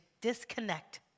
disconnect